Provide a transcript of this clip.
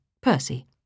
Percy